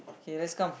K let's come